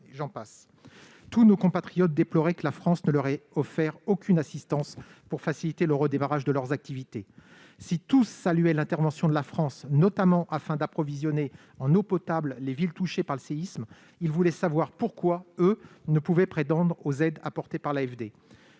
j'en passe. Ces compatriotes déploraient que la France ne leur ait offert aucune assistance pour faciliter le redémarrage de leurs activités. Si tous saluaient l'intervention de la France, notamment pour approvisionner en eau potable les villes touchées par le séisme, ils voulaient savoir pourquoi ils ne pouvaient, quant à eux, prétendre aux aides apportées par l'AFD.